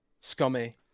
scummy